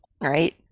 right